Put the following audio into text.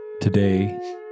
Today